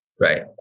Right